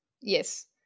Yes